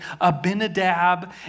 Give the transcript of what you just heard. Abinadab